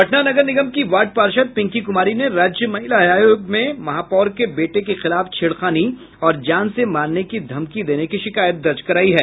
पटना नगर निगम की वार्ड पार्षद पिंकी कुमारी ने राज्य महिला आयोग में महापौर के बेटे के खिलाफ छेड़खानी और जान से मारने की धमकी देने की शिकायत दर्ज करायी है